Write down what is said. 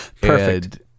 Perfect